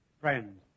Friends